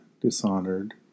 dishonored